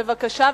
בבקשה,